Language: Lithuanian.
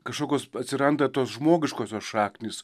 kašokios atsiranda tos žmogiškosios šaknys